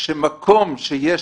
במקום שיש